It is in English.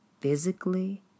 physically